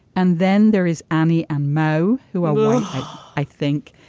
and then there is annie and mo who are well i think.